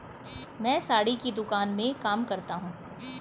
मैं साड़ी की दुकान में काम करता हूं